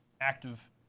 active